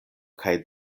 kaj